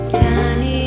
tiny